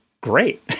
great